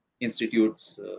institute's